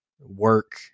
work